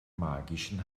magischen